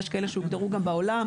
ויש כאלה שהוגדרו גם בעולם.